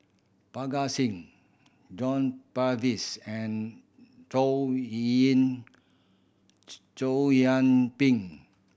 Parga Singh John Purvis and Chow Chow Yian Ping